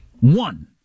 One